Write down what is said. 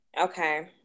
Okay